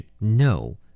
no